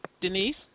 Denise